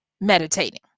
meditating